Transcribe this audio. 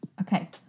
Okay